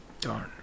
Darn